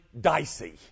dicey